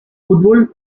fútbol